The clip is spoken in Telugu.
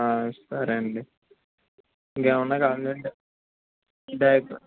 హా సరెండి ఎంకేమన్నా కావాలండి బెగ్